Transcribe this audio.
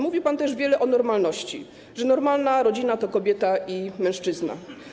Mówił pan też wiele o normalności, że normalna rodzina to kobieta i mężczyzna.